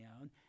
own